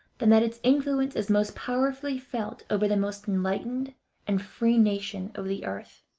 than that its influence is most powerfully felt over the most enlightened and free nation of the earth.